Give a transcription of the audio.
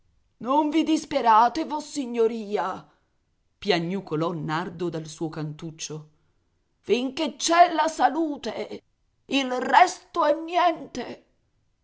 non vi disperate vossignoria piagnucolò nardo dal suo cantuccio finché c'è la salute il resto è niente